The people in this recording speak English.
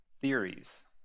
theories